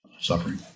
suffering